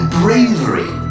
bravery